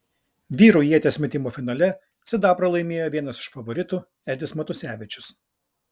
vyrų ieties metimo finale sidabrą laimėjo vienas iš favoritų edis matusevičius